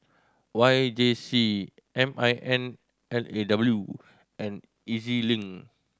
Y J C M I N L A W and E Z Link